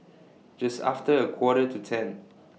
Just after A Quarter to ten